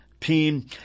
team